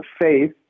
Faith